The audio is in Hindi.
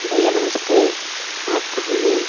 भैया नमस्ते आप कहाँ हैं